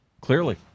Clearly